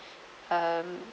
um